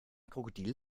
krokodil